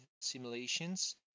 simulations